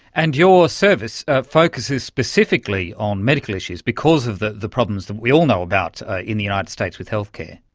and your service focuses specifically on medical issues because of the the problems that we all know about ah in the united states with healthcare.